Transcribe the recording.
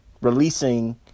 releasing